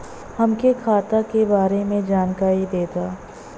हमके खाता के बारे में जानकारी देदा?